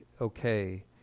okay